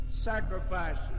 sacrifices